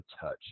touch